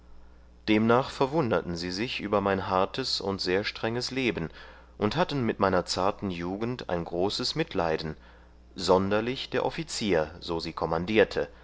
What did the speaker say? demnach verwunderten sie sich über mein hartes und sehr strenges leben und hatten mit meiner zarten jugend ein großes mitleiden sonderlich der offizierer so sie